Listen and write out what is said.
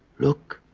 look.